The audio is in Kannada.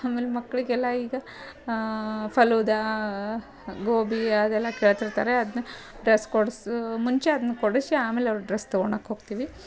ಆಮೇಲೆ ಮಕ್ಕಳಿಗೆಲ್ಲ ಈಗ ಫಲೂದಾ ಗೋಬಿ ಅದೆಲ್ಲ ಕೇಳ್ತಿರ್ತಾರೆ ಅದನ್ನ ಡ್ರಸ್ ಕೊಡ್ಸೋ ಮುಂಚೆ ಅದನ್ನ ಕೊಡಸಿ ಆಮೇಲೆ ಅವ್ರ ಡ್ರಸ್ ತಗೊಳಕ್ ಹೋಗ್ತೀವಿ